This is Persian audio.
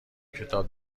کتاب